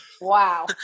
Wow